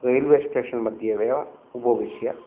रैल्वेश्टेशन्मध्येव उपविश्य